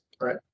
Right